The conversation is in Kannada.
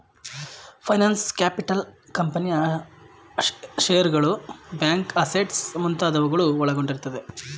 ಫೈನಾನ್ಸ್ ಕ್ಯಾಪಿಟಲ್ ಕಂಪನಿಯ ಶೇರ್ಸ್ಗಳು, ಬ್ಯಾಂಕ್ ಅಸೆಟ್ಸ್ ಮುಂತಾದವುಗಳು ಒಳಗೊಂಡಿರುತ್ತದೆ